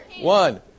one